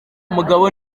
mugabo